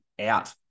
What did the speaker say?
out